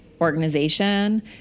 organization